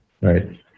right